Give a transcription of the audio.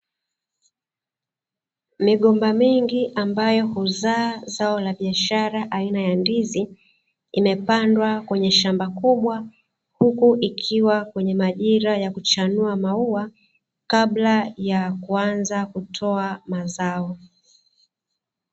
Migomba mingi ambayo huzaa zao la biashara, aina ya ndizi imepandwa kwenye shamba kubwa. Huku ikiwa kwenye majira ya kuchanua maua, kabla ya kuanza kutoa mazao.